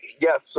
yes